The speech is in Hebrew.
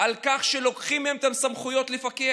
על כך שלוקחים מהם את הסמכויות לפקח?